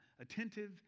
attentive